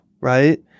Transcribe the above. right